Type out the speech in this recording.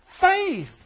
faith